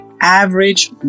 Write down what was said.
average